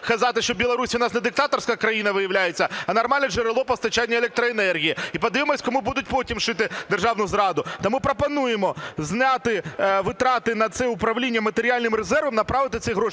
казати, що Білорусь у нас не диктаторська країна виявляється, а нормальне джерело постачання електроенергії. І подивимося, кому будуть потім шити державну зраду. Тому пропонуємо зняти витрати на це управління матеріальним резервом, направити ці гроші